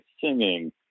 singing